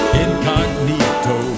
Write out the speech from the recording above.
incognito